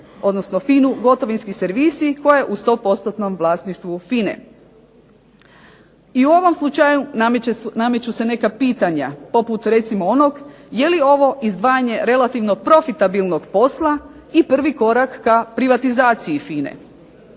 odnosno FINA-u gotovinski servisi koja je u 100% vlasništvu FINA-e. I u ovom slučaju nameću se neka pitanja poput onog je li ovo izdvajanje relativno profitabilnog posla i prvi korak ka privatizaciji FINA-e.